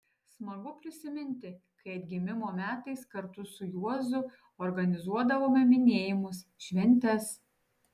smagu prisiminti kai atgimimo metais kartu su juozu organizuodavome minėjimus šventes